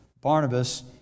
Barnabas